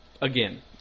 Again